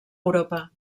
europa